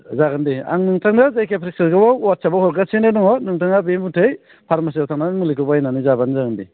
जागोन दे आं नोंथांनो जायखिया प्रेसक्रिबकसनखौ वाटसेबाव हरगासिनो दङ नोंथाङा बे मथै फारमासियाव थांनानै मुलिखौ बायनानै जाबानो जागोन दे